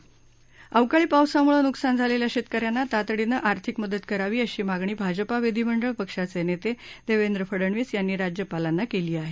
महाराष्ट्रात अवकाळी पावसामुळे नुकसान झालेल्या शेतकऱ्यांना तातडीनं आर्थिक मदत करावी अशी मागणी भाजपा विधिमंडळ पक्षाचे नेते देवेन्द्र फडनवीस यांनी राज्यपालांना केली आहे